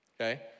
Okay